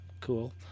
cool